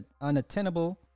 unattainable